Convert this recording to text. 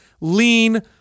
lean